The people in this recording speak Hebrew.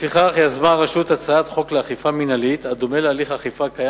גם ההליכים הפליליים אינם נותנים מענה לעבירות הקלות.